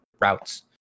routes